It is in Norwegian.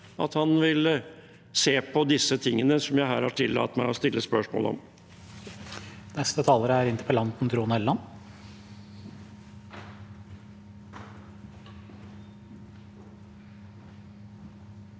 at han vil se på disse tingene som jeg her har tillatt meg å stille spørsmål om.